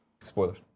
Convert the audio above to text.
spoilers